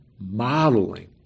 modeling